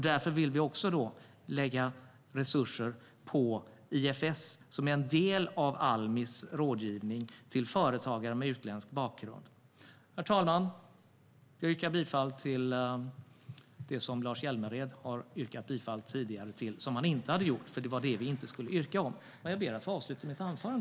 Därför vill vi lägga resurser på IFS, som är en del av Almis rådgivning till företagare med utländsk bakgrund.